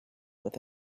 with